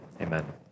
amen